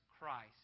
Christ